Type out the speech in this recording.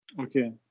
Okay